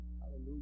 hallelujah